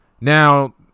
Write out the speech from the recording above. Now